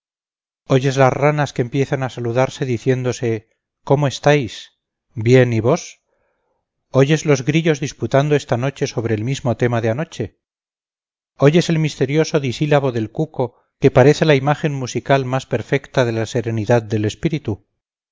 oyes las ranas que empiezan a saludarse diciéndose cómo estáis bien y vos oyes los grillos disputando esta noche sobre el mismo tema de anoche oyes el misterioso disílabo del cuco que parece la imagen musical más perfecta de la serenidad del espíritu